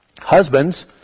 Husbands